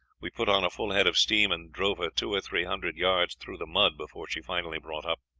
we put on a full head of steam and drove her two or three hundred yards through the mud before she finally brought up.